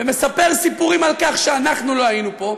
ומספר סיפורים על כך שאנחנו לא היינו פה,